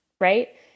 right